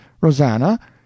Rosanna